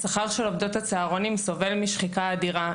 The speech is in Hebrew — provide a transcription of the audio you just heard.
השכר של עובדות הצהרונים סובל משחיקה אדירה.